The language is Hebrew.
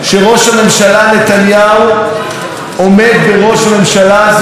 עומד בראש הממשלה הזאת והמדינה הזאת.